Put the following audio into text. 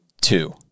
two